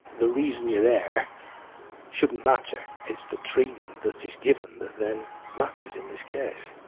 the reason you're there shouldn't matter, it's the treatment that is given that then matters in this case.